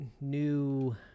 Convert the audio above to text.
new